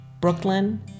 Brooklyn